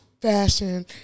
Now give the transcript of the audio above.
fashion